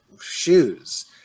shoes